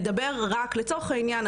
לצורך העניין,